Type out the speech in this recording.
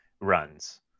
runs